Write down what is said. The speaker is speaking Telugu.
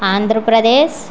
ఆంధ్రప్రదేశ్